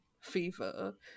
fever